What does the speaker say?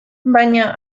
baina